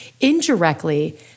indirectly